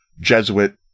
Jesuit